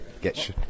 get